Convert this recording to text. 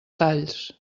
talls